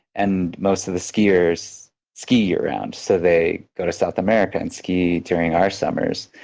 and most of the skiers ski year round. so they go to south america and ski during our summers.